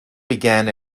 began